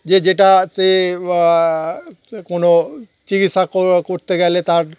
যে যেটা সে কোনো চিকিৎসা কোর করতে গেলে তার